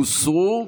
הוסרו.